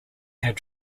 had